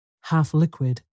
half-liquid